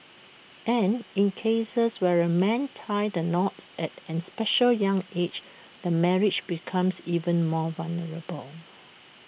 and in cases where A man ties the knots at an especially young age the marriage becomes even more vulnerable